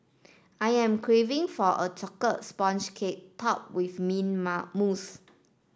I am craving for a sponge cake top with mint mousse